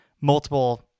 multiple